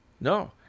No